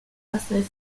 assessment